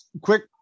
quick